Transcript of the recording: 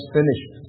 finished